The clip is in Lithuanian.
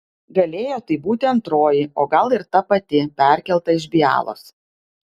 galėjo tai būti antroji o gal ir ta pati perkelta iš bialos